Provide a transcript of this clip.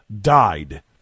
died